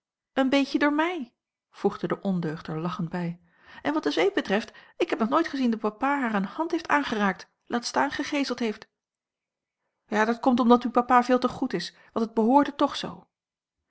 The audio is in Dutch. een beetje door mij voegde de ondeugd er lachend bij en wat de zweep betreft ik heb nog nooit gezien dat papa haar een hand heeft aangeraakt laat staan gegeeseld heeft ja dat komt omdat uw papa veel te goed is want het behoorde toch zoo